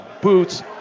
boots